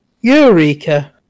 Eureka